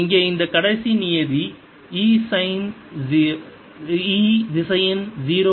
இங்கே இந்த கடைசி நியதி E திசையன் 0 ஐத் தவிர வேறில்லை